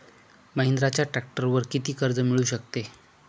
महिंद्राच्या ट्रॅक्टरवर किती कर्ज मिळू शकते?